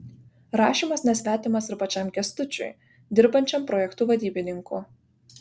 rašymas nesvetimas ir pačiam kęstučiui dirbančiam projektų vadybininku